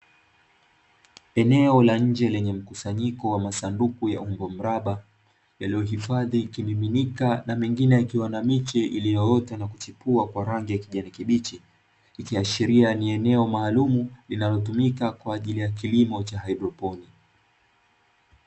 Eneo la nje lenye mkusanyiko wa masanduku ya umbo mraba, yaliyohifadhi kimiminika na mengine yakiwa na miche iliyoota na kuchipua kwa rangi ya kijani kibichi, ikiashiria ni eneo maalumu linalotumika kwa ajili ya kilimo cha haidroponi.